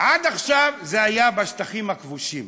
עד עכשיו זה היה בשטחים הכבושים